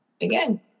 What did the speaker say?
again